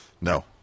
No